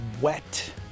wet